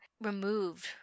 removed